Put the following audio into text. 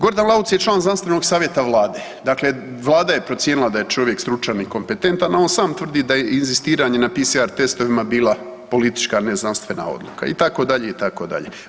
Gordan Lauc je član Znanstvenog savjeta Vlade, dakle Vlada je procijenila da je čovjek stručan i kompetentan, a on sam tvrdi da je inzistiranje na PCR testovima bila politička ne znanstvena odluka itd., itd.